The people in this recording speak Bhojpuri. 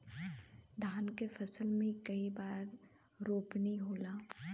धान के फसल मे कई बार रोपनी होला?